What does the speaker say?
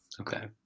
Okay